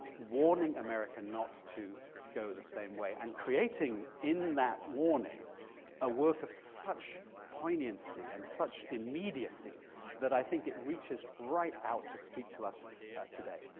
warning america not to go the same way and creating in that warning a work of such poignancy and such immediacy that i think it reaches right out to speak to us today.